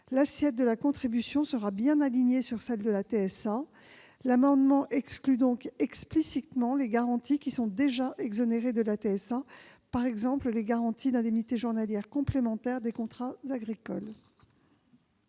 L'assiette de la contribution sera bien alignée sur celle de la TSA. Sont donc explicitement exclues les garanties qui sont déjà exonérées de la TSA, par exemple les garanties d'indemnités journalières complémentaires des contrats agricoles.